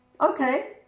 okay